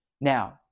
Now